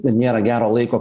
nėra gero laiko